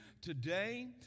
today